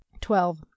twelve